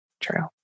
true